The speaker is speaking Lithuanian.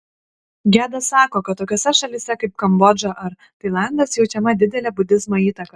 gedas sako kad tokiose šalyse kaip kambodža ar tailandas jaučiama didelė budizmo įtaka